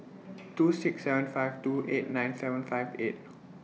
two six seven five two eight nine seven five eight